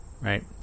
right